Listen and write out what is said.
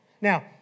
Now